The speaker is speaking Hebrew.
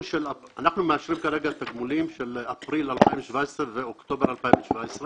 אנחנו מאשרים כרגע את התגמולים של אפריל 2017 ואוקטובר 2017,